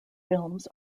films